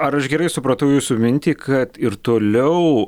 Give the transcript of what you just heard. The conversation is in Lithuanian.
ar aš gerai supratau jūsų mintį kad ir toliau